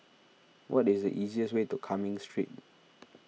what is the easiest way to Cumming Street